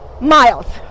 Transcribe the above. miles